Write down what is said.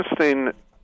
interesting